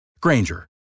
granger